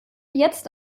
jetzt